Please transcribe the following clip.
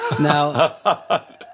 Now